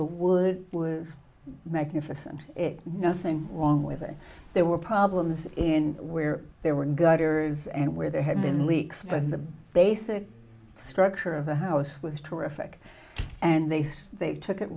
the wood was magnificent nothing wrong with it there were problems in where there were gutters and where there had been leaks but the basic structure of the house was terrific and they say they took it